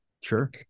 Sure